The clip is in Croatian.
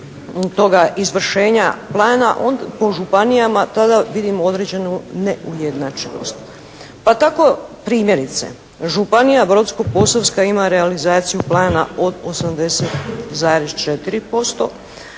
toga izvršenja plana po županijama, tada vidimo određenu neujednačenost. Pa tako primjerice Županija brodsko-posavska ima realizaciju plana od 80,4%,